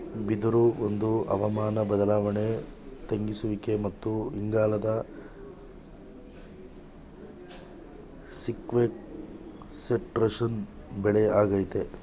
ಬಿದಿರು ಒಂದು ಹವಾಮಾನ ಬದ್ಲಾವಣೆ ತಗ್ಗಿಸುವಿಕೆ ಮತ್ತು ಇಂಗಾಲದ ಸೀಕ್ವೆಸ್ಟ್ರೇಶನ್ ಬೆಳೆ ಆಗೈತೆ